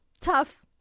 tough